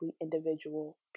individual